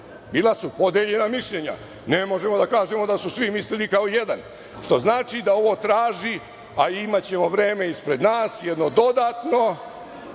Bila su podeljena mišljenja. Ne možemo da kažemo da su svi mislili kao jedan, što znači da ovo traži, a imaćemo vreme ispred nas, jedno dodatnu